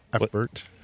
effort